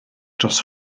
dros